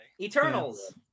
Eternals